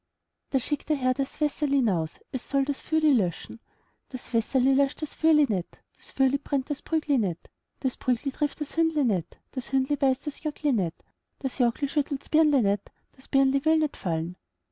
da schickt der herr das wässerli naus es soll das fürli löschen das wässerli löscht das fürli nit das fürli brennt das prügeli nit das prügeli trifft das hündli nit das hündli beißt das jockli nit das jockli schüttelts birnli nit das birnli will nit fallen